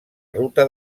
ruta